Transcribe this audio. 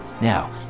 Now